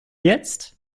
jetzt